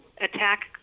attack